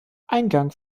eingang